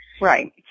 Right